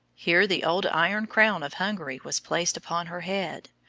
here the old iron crown of hungary was placed upon her head,